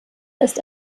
ist